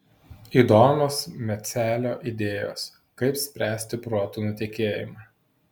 įdomios mecelio idėjos kaip spręsti protų nutekėjimą